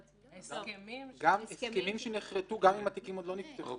גם הסכמים שנכרתו גם אם התיקים עוד לא נפתחו.